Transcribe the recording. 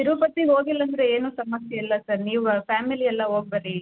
ತಿರುಪತಿಗೆ ಹೋಗಿಲ್ಲ ಅಂದರೆ ಏನೂ ಸಮಸ್ಯೆ ಇಲ್ಲ ಸರ್ ನೀವು ಫ್ಯಾಮಿಲಿ ಎಲ್ಲ ಹೋಗ್ಬನ್ನಿ